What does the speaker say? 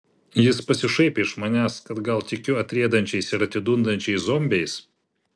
jis pasišaipė iš manęs kad gal tikiu atriedančiais ir atidundančiais zombiais